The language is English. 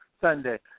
Sunday